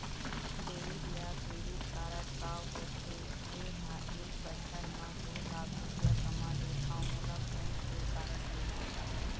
Debit या credit card का होथे, मे ह एक बछर म दो लाख रुपया कमा लेथव मोला कोन से कारड लेना चाही?